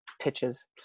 pitches